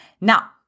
Now